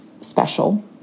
special